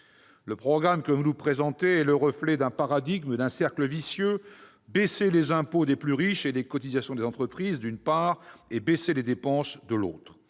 Le programme que vous nous présentez est le reflet d'un paradigme, d'un cercle vicieux : baisser les impôts des plus riches et les cotisations des entreprises, d'une part ; baisser les dépenses, d'autre